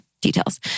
details